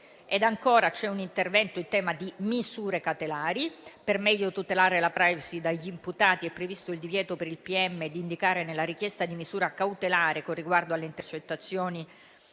C'è poi un intervento in tema di misure cautelari: per meglio tutelare la *privacy* degli imputati è previsto il divieto per il pm di indicare nella richiesta di misura cautelare con riguardo alle intercettazioni